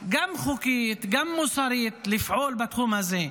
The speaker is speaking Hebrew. גם חוקית וגם מוסרית לפעול בתחום הזה.